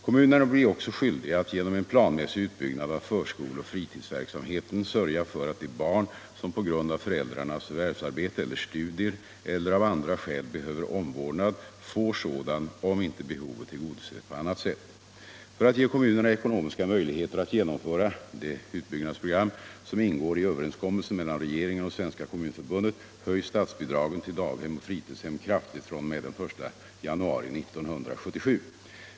Kommunerna blir också skyldiga att genom en planmässig utbyggnad av förskoleoch fritidshemsverksamheten sörja för att de barn som på grund av föräldrarnas förvärvsarbete eller studier eller av andra skäl behöver omvårdnad får sådan om inte behovet tillgodoses på annat sätt. För att ge kommunerna ekonomiska möjligheter att genomföra det utbyggnadsprogram som ingår i överenskommelsen mellan regeringen och Svenska kommunförbundet höjs statsbidragen till daghem och fritidshem kraftigt fr.o.m. den 1 januari 1977.